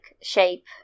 shape